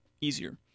easier